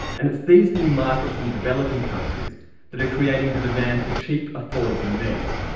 and it's these new markets in developing countries that are creating the demand for cheap, affordable meds,